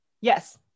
Yes